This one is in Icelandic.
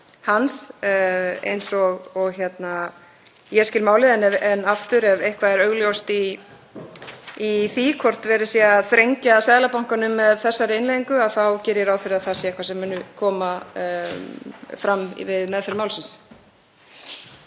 eins og ég skil málið. En aftur, ef eitthvað er óljóst í því hvort verið sé að þrengja að Seðlabankanum með þessari innleiðingu þá geri ég ráð fyrir að það sé eitthvað sem muni koma fram við meðferð málsins.